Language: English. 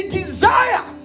desire